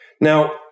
Now